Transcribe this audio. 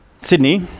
Sydney